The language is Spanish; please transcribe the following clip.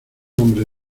hombre